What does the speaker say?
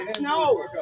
No